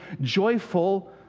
joyful